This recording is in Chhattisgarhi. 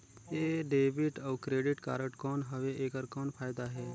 ये डेबिट अउ क्रेडिट कारड कौन हवे एकर कौन फाइदा हे?